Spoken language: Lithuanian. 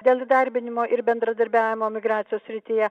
dėl įdarbinimo ir bendradarbiavimo migracijos srityje